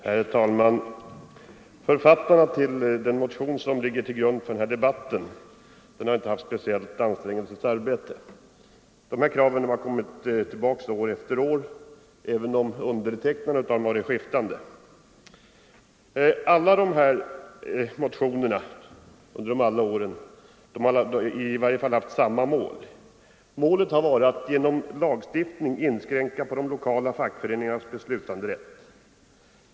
Herr talman! Författarna till den motion som ligger till grund för denna debatt har inte haft ett speciellt ansträngande arbete. Kraven har kommit tillbaka år efter år, även om undertecknarna varit skiftande. Motionerna under alla åren har i varje fall haft samma mål: att genom lagstiftning inskränka de lokala fackföreningarnas beslutanderätt.